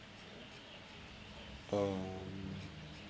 um